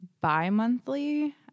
bi-monthly